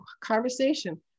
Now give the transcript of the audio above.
conversation